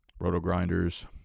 Roto-Grinders